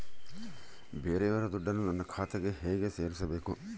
ಬೇರೆಯವರ ದುಡ್ಡನ್ನು ನನ್ನ ಖಾತೆಗೆ ಹೇಗೆ ಸೇರಿಸಬೇಕು?